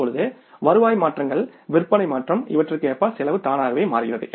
இப்பொழுது வருவாய் மாற்றங்கள் விற்பனை மாற்றம் இவற்றிற்கு ஏற்ப செலவு தானாகவே மாறுகிறது